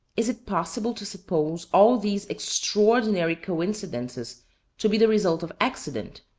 is it possible to suppose all these extraordinary coincidences to be the result of accident?